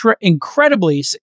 incredibly